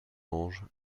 anges